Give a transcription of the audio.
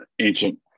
ancient